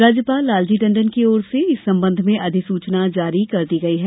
राज्यपाल लालजी टंडन की ओर से इस संबंध में अधिसूचना जारी कर दी गई है